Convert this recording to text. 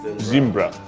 zimbro,